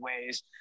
ways